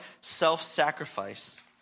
self-sacrifice